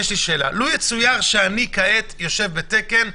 מדוע פה רק על מעונות המחזיקים בסמל,